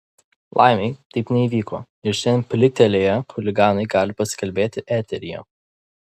laimei taip neįvyko ir šiandien pliktelėję chuliganai gali pasikalbėti eteryje